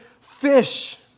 fish